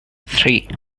three